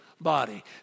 body